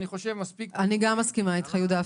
אני גם מסכימה איתך, יהודה.